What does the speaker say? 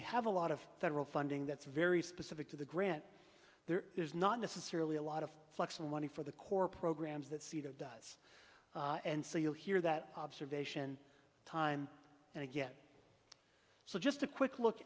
we have a lot of federal funding that's very specific to the grant there is not necessarily a lot of flexible money for the core programs that c d o does and so you hear that observation time and again so just a quick look